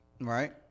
Right